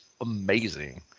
amazing